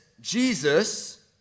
Jesus